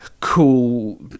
cool